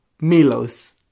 Milos